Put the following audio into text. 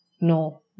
No